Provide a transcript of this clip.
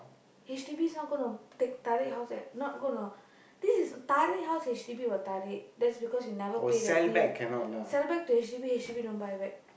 H_D_B's not going to take tarik house at not going to this is tarik house H_D_B will tarik that's because you never pay the bill sell back to H_D_B H_D_B don't buy back